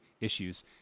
issues